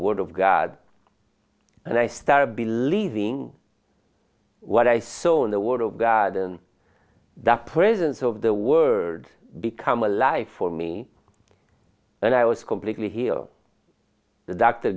word of god and i started believing what i saw in the word of god and the presence of the word become a life for me and i was completely heal the doctor